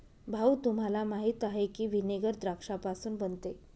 भाऊ, तुम्हाला माहीत आहे की व्हिनेगर द्राक्षापासून बनते